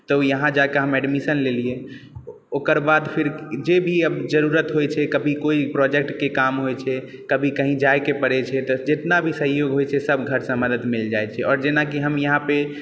तब यहाँ जाकऽ हम एडमिशन लेलियै ओकर बाद फिर जे भी जरुरत होइ छै कभी कोई प्रोजेक्टके काम होइ छै कभी कही जाएके पड़ै छै तऽ जेतना भी सहयोग होइ छै सब घरसँ मदद मिल जाइ छै और जेनाकि हम यहाँ पे